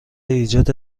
ایجاد